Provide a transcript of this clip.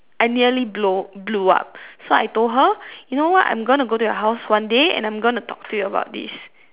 I nearly blow blew up so I told her you know what I'm gonna go to your house one day and I'm gonna talk to you about this